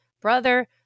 brother